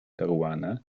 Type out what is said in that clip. peruana